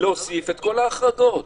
להוסיף את כל ההחרגות: